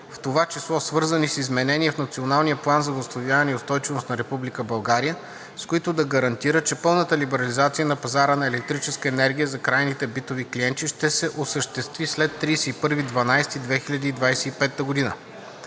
в това число свързани с изменения в Националния план за възстановяване и устойчивост на Република България, с които да гарантира, че пълната либерализация на пазара на електрическа енергия за крайните битови клиенти ще се осъществи след 31.12.2025 г.